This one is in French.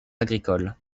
agricoles